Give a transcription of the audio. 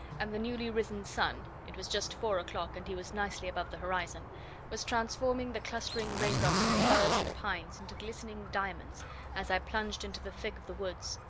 and the newly-risen sun it was just four o'clock, and he was nicely above the horizon was transforming the clustering raindrops on the firs and pines into glistening diamonds as i plunged into the thick of the woods.